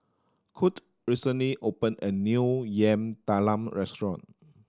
Kurt recently opened a new Yam Talam restaurant